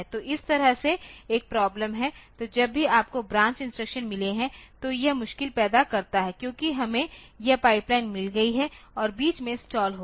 तो इस तरह से एक प्रॉब्लम है तो जब भी आपको ब्रांच इंस्ट्रक्शन मिले हैं तो यह मुश्किल पैदा करता है क्योंकि हमें यह पाइपलाइन मिल गई है और बीच में स्टाल होगा